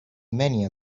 many